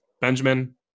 Benjamin